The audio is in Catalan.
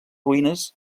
ruïnes